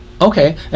Okay